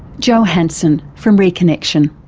jo hansen from reconnexion.